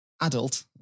adult